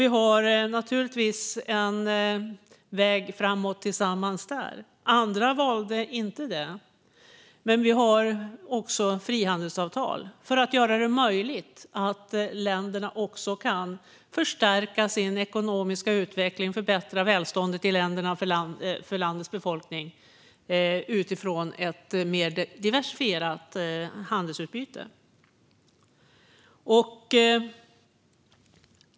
Vi har naturligtvis en väg framåt tillsammans där. Andra valde inte detta, men vi har också frihandelsavtal för att göra det möjligt för länderna att också förstärka sin ekonomiska utveckling och förbättra välståndet för sin befolkning genom ett mer diversifierat handelsutbyte.